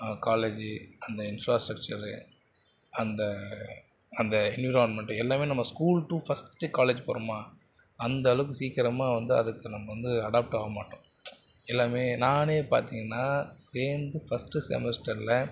காலேஜி அந்த இன்ஃபிராஸ்ட்ரக்சரு அந்த அந்த என்விரான்மெண்ட்டு எல்லாமே நம்ம ஸ்கூல் டு ஃபஸ்ட்டு காலேஜ் போகிறோமா அந்தளவுக்கு சீக்கிரமாக வந்து அதுக்கு நம்ம வந்து அடாப்ட் ஆகமாட்டோம் எல்லாமே நானே பார்த்திங்கன்னா சேர்ந்து ஃபஸ்ட்டு செமஸ்டரில்